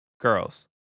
girls